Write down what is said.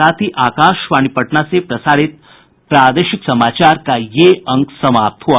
इसके साथ ही आकाशवाणी पटना से प्रसारित प्रादेशिक समाचार का ये अंक समाप्त हुआ